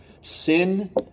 sin